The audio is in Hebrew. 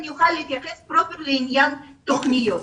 אני אוכל להתייחס רק לעניין התוכניות.